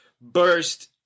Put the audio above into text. burst